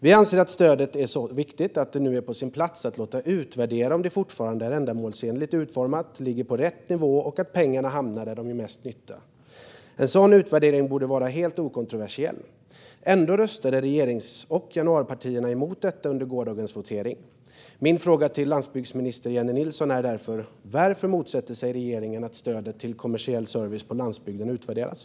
Vi anser att stödet är så viktigt att det nu är på sin plats att låta utvärdera om det fortfarande är ändamålsenligt utformat och ligger på rätt nivå och om pengarna hamnar där de gör mest nytta. En sådan utvärdering borde vara helt okontroversiell. Ändå röstade regerings och januaripartierna emot detta under gårdagens votering. Min fråga till landsbygdsminister Jennie Nilsson är därför: Varför motsätter sig regeringen att stödet till kommersiell service på landsbygden utvärderas?